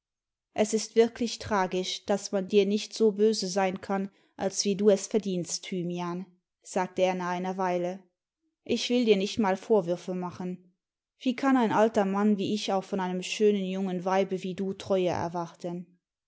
es ist wirklich tragisch daß man dir nicht so böse sein kaxm als wie du es verdienst thymian sagte er nach einer weile ich will dir nicht mal vorwürfe machen wie kann ein alter mann wie ich auch von einem schönen jungen weibe wie du treue erwarten